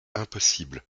impossible